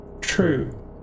True